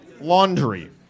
Laundry